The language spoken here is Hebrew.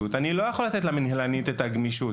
ולכן אנחנו לא יכולים לתת למנהל את הגמישות".